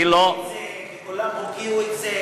למה אתה לא מזכיר שראש העיר הוקיע את זה וכולם הוקיעו את זה?